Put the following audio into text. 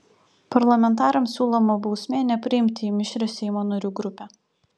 parlamentarams siūloma bausmė nepriimti į mišrią seimo narių grupę